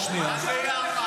שנייה זה עובר לך?